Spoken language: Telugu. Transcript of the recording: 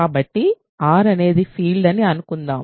R అనేది ఫీల్డ్ అని అనుకుందాం